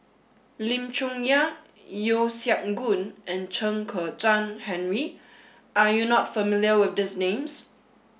Lim Chong Yah Yeo Siak Goon and Chen Kezhan Henri are you not familiar with these names